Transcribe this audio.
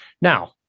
Now